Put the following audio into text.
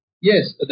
Yes